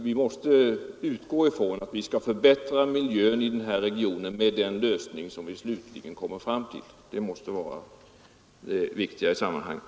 Vi måste utgå ifrån att vi skall förbättra miljön i den här regionen med den lösning vi slutligen kommer fram till. Det måste vara det viktiga i sammanhanget.